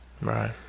Right